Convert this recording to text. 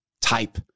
type